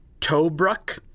Tobruk